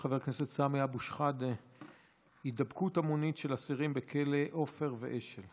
של חבר הכנסת סמי אבו שחאדה: הידבקות המונית של אסירים בכלא עופר ואשל.